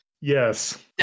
Yes